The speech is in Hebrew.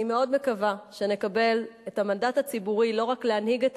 אני מאוד מקווה שנקבל את המנדט הציבורי לא רק להנהיג את